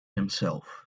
himself